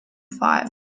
five